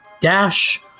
dash